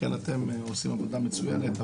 אתם עושים עבודה מצויינת,